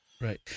right